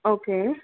okay